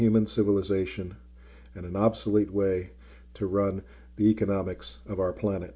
human civilization and an obsolete way to run the economics of our planet